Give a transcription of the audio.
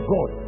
God